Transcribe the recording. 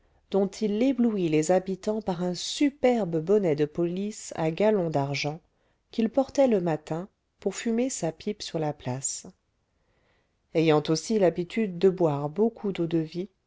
dont il éblouit les habitants par un superbe bonnet de police à galons d'argent qu'il portait le matin pour fumer sa pipe sur la place ayant aussi l'habitude de boire beaucoup d'eau-de-vie souvent il